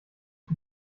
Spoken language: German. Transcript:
ich